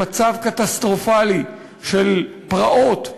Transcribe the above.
למצב קטסטרופלי של פרעות,